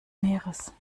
meeres